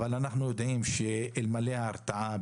אבל אנחנו יודעים שלא נצליח אלמלא ההרתעה,